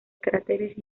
cráteres